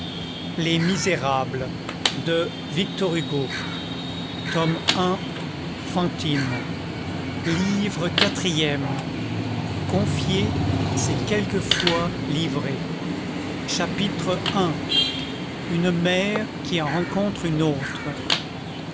la joie livre quatrième confier c'est quelquefois livrer chapitre i une mère qui en rencontre une autre